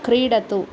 क्रीडतु